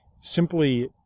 simply